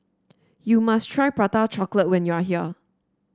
you must try Prata Chocolate when you are here